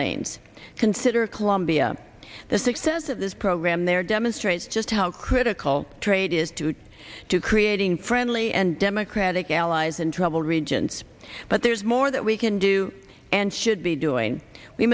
lanes consider colombia the success of this program there demonstrates just how critical trade is today to creating friendly and democratic allies in tribal regions but there's more that we can do and should be doing we